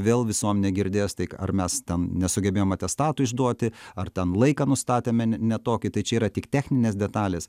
vėl visuomenė girdės tai ar mes ten nesugebėjom atestatų išduoti ar ten laiką nustatėme ne ne tokį tai čia yra tik techninės detalės